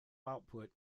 output